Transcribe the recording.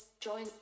join